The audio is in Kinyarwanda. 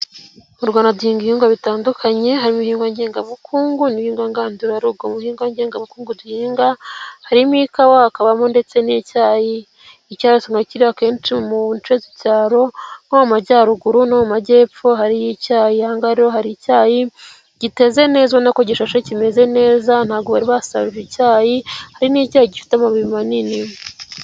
Mu Rwanda duhinga ibihingwa bitandukanye, harimo ibihingwa ngengabukungu n'ibihingwa ngandura rugo, mu bihingwa ngengabukungu duhinga, harimo ikawa hakabamo ndetse n'icyayi, icyayi akaba kiri akenshi mu nce z'icyaro nko mu majyaruguru no mu majyepfo hariyo icyayi, aha ngaha rero hari icyayi, giteze neza ubonako gishashe, kimeze neza, ntago bari basarura icyayi, hari n'icyayi gifite amababi manini.